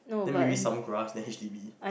then maybe some grass then H_D_B